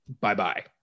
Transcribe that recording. bye-bye